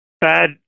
bad